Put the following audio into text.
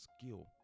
skill